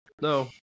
no